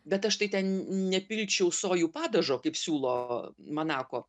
bet aš tai ten nepilčiau sojų padažo kaip siūlo manako